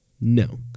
no